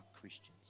christians